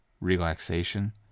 relaxation